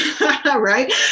Right